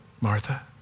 Martha